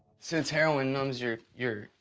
since heroin numbs your your,